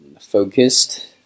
focused